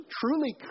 truly